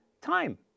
time